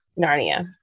Narnia